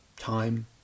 time